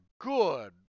good